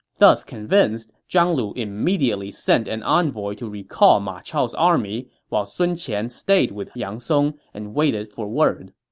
thus convinced, zhang lu immediately sent an envoy to recall ma chao's army, while sun qian stayed with yang song and waited for word.